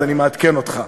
אז אני מעדכן אותך.